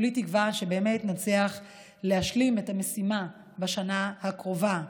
וכולי תקווה שבאמת נצליח להשלים את המשימה בשנה הקרובה,